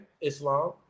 islam